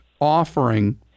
offering